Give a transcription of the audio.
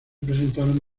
presentaron